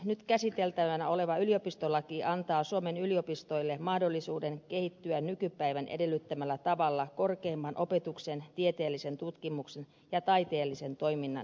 nyt käsiteltävänä oleva yliopistolaki antaa suomen yliopistoille mahdollisuuden kehittyä nykypäivän edellyttämällä tavalla korkeimman opetuksen tieteellisen tutkimuksen ja taiteellisen toiminnan eturintamassa